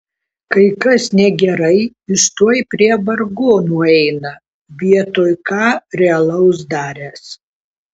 kai kas negerai jis tuoj prie vargonų eina vietoj ką realaus daręs